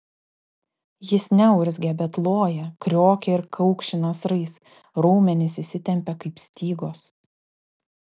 jis neurzgia bet loja kriokia ir kaukši nasrais raumenys įsitempia kaip stygos